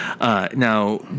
Now